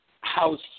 house